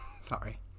Sorry